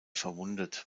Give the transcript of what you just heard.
verwundet